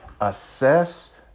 assess